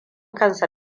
kansa